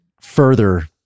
further